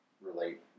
Relate